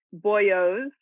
boyos